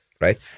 right